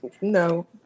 No